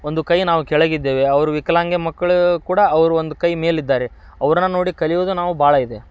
ಒಂದು ಕೈ ನಾವು ಕೆಳಗಿದ್ದೇವೆ ಅವರು ವಿಕಲಾಂಗ ಮಕ್ಕಳು ಕೂಡ ಅವರು ಒಂದು ಕೈ ಮೇಲಿದ್ದಾರೆ ಅವ್ರನ್ನು ನೋಡಿ ಕಲಿಯುವುದು ನಾವು ಭಾಳ ಇದೆ